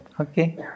Okay